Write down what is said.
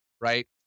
right